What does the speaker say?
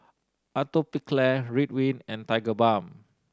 Atopiclair Ridwind and Tigerbalm